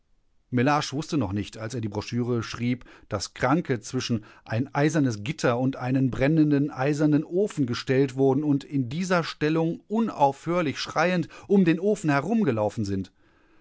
mellage wußte noch nicht als er die broschüre schrieb daß kranke zwischen ein eisernes gitter und einen brennenden eisernen ofen gestellt wurden und in dieser stellung unaufhörlich schreiend um den ofen herumgelaufen sind